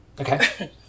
Okay